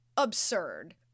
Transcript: absurd